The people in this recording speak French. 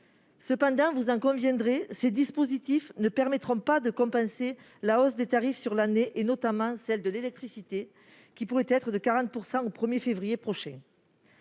Cependant, vous conviendrez que ces dispositifs ne permettront pas de compenser la hausse des tarifs sur l'année- notamment pour l'électricité, qui pourrait augmenter de 40 % au 1 février prochain.